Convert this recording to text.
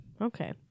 Okay